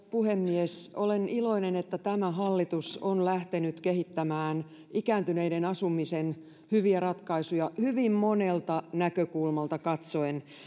puhemies olen iloinen että tämä hallitus on lähtenyt kehittämään ikääntyneiden asumisen hyviä ratkaisuja hyvin monelta näkökulmalta katsoen